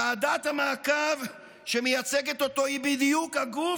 ועדת המעקב שמייצגת אותו היא בדיוק הגוף